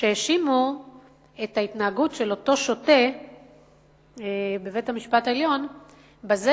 שהאשימו את ההתנהגות של אותו שוטה בבית-המשפט העליון בזה